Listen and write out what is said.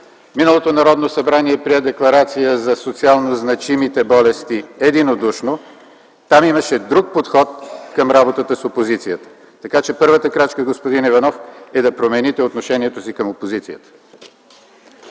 Миналото Народно събрание прие единодушно Декларация за социално значимите болести. Там имаше друг подход към работата с опозицията, така че първата крачка, господин Иванов, е да промените отношението си към опозицията.